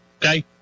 okay